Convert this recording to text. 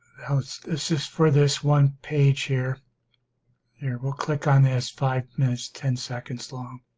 now it's this is for this one page here here we'll click on this five minutes ten seconds long